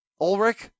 Ulrich